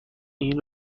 این